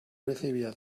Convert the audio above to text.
recibida